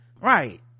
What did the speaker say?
Right